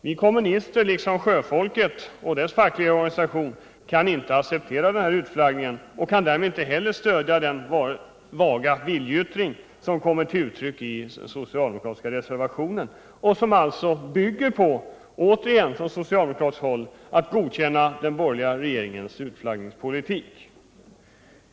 Vi kommunister — liksom sjöfolket och deras fackliga organisation — kan inte acceptera utflaggningen och kan därmed inte heller stödja den vaga viljeyttring som den socialdemokratiska reservationen utgör. I den vill man återigen från socialdemokratiskt håll godkänna den borgerliga regeringens utflaggningspolitik.